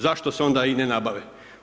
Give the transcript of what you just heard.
Zašto se onda i ne nabave?